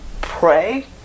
pray